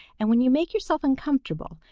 and when you make yourself uncomfortable,